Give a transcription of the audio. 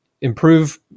improve